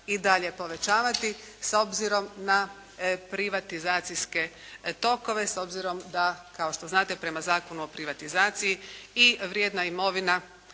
i dalje povećavati s obzirom na privatizacijske tokove s obzirom da kao što znate prema Zakonu o privatizaciji i vrijedna imovina